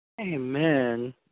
Amen